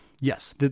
yes